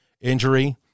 injury